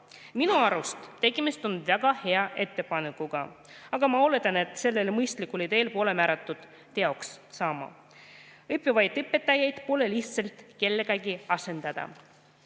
Minu arust on tegemist väga hea ettepanekuga, aga ma oletan, et sellel mõistlikul ideel pole määratud teoks saama. Õppivaid õpetajaid pole lihtsalt kellegagi asendada.